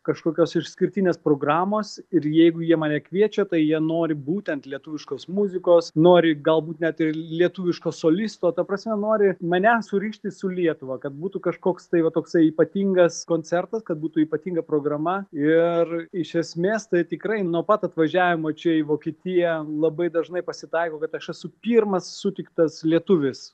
kažkokios išskirtinės programos ir jeigu jie mane kviečia tai jie nori būtent lietuviškos muzikos nori galbūt net ir lietuviško solisto ta prasme nori mane surišti su lietuva kad būtų kažkoks tai va toksai ypatingas koncertas kad būtų ypatinga programa ir iš esmės tai tikrai nuo pat atvažiavimo čia į vokietiją labai dažnai pasitaiko kad aš esu pirmas sutiktas lietuvis